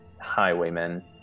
highwaymen